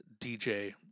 DJ